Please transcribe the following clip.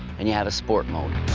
and you have a sport mode.